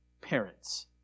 parents